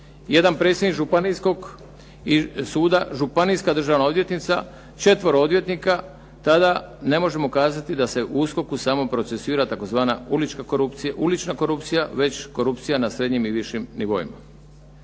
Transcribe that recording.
jedan predsjednik Županijskog suda, županijska državna odvjetnica, 4 odvjetnika tada ne možemo kazati da se USKOK-u samo procesuira tzv. Ulična korupcija već i korupcija na srednjim i višim nivoima.